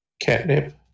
Catnip